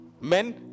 men